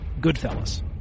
Goodfellas